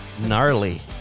gnarly